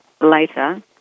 later